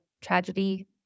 tragedy